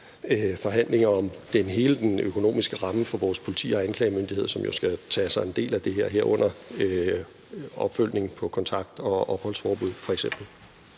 forhandlinger om hele den økonomiske ramme for vores politi- og anklagemyndighed, som jo skal tage sig af en del af det her, herunder f.eks. opfølgningen på kontakt- og opholdsforbuddet. Kl.